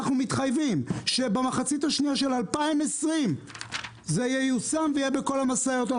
אנחנו מתחייבים שבמחצית השנייה של 2020 זה ייושם ויהיה בכל המשאיות.